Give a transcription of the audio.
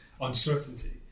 uncertainty